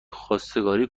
خواستگاری